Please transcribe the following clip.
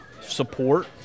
support